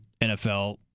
NFL